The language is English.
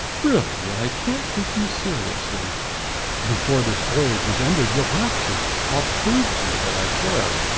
really, i can't take you seriously before this voyage is ended you'll have to. i'll prove to you that i care.